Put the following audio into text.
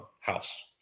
house